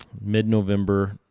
mid-November